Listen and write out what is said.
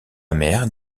mère